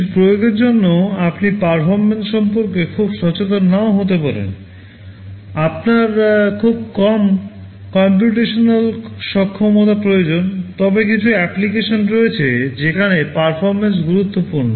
কিছু প্রয়োগের জন্য আপনি পারফরম্যান্স সম্পর্কে খুব সচেতন নাও হতে পারেন আপনার খুব কম কম্পিউটেশনাল সক্ষমতা প্রয়োজন তবে কিছু অ্যাপ্লিকেশন রয়েছে যেখানে পারফরম্যান্স গুরুত্বপূর্ণ